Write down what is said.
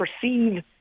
perceive